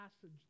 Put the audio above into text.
passage